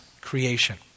creation